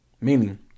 Meaning